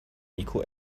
niko